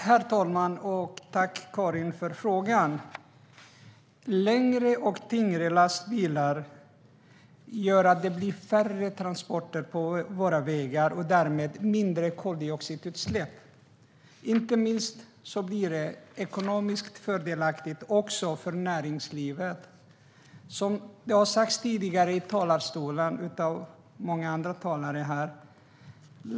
Herr talman! Tack, Karin, för frågan! Längre och tyngre lastbilar gör att det blir färre transporter på våra vägar och därmed mindre koldioxidutsläpp. Inte minst blir det ekonomiskt fördelaktigt också för näringslivet. Det har sagts tidigare i talarstolen av många andra talare.